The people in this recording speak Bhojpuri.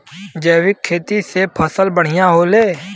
जैविक खेती से फसल बढ़िया होले